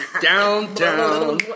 Downtown